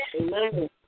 Amen